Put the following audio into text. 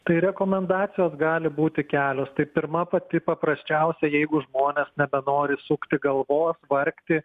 tai rekomendacijos gali būti kelios tai pirma pati paprasčiausia jeigu žmonės nebenori sukti galvos vargti